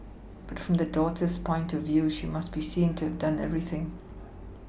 but from the daughter's point of view she must be seen to have done everything